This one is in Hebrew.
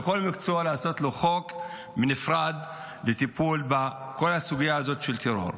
לכל מקצוע לעשות חוק בנפרד לטיפול בכל הסוגיה הזאת של טרור.